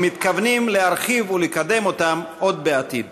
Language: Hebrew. ומתכוונים להרחיב ולקדם אותם עוד, בעתיד.